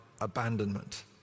abandonment